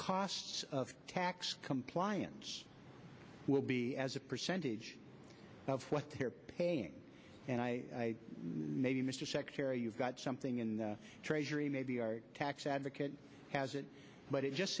costs of tax compliance will be as a percentage of what they're paying and i may be mr secretary you've got something in the treasury maybe tax advocate has it but it just